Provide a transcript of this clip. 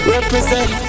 Represent